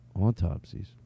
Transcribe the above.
autopsies